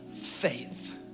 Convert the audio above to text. faith